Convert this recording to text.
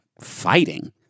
fighting